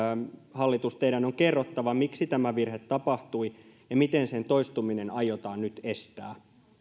hallitus teidän on kerrottava miksi tämä virhe tapahtui ja miten sen toistuminen aiotaan nyt estää